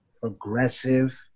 progressive